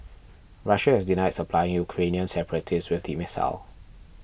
Russia has denied supplying Ukrainian separatists with the missile